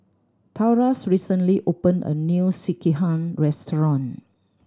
Taurus recently opened a new Sekihan restaurant